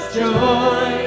joy